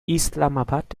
islamabad